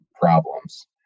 problems